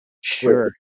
Sure